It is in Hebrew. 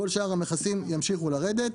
כל שאר המכסים ימשיכו לרדת,